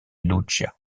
lucía